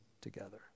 together